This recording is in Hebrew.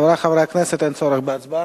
חברי חברי הכנסת, אין צורך בהצבעה.